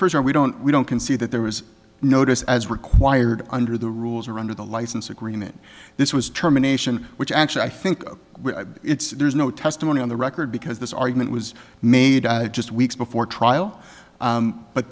first for we don't we don't concede that there was notice as required under the rules or under the license agreement this was terminations which actually i think it's there's no testimony on the record because this argument was made just weeks before trial